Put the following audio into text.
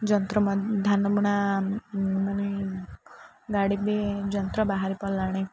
ଯନ୍ତ୍ର ଧାନ ବୁଣା ମାନେ ଗାଡ଼ି ବି ଯନ୍ତ୍ର ବାହାରି ପଡ଼ଲାଣି